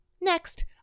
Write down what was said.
Next